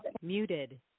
muted